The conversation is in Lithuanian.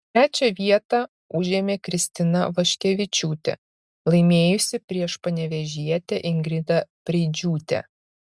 trečią vietą užėmė kristina vaškevičiūtė laimėjusi prieš panevėžietę ingridą preidžiūtę